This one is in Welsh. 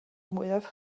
mwyaf